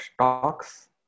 stocks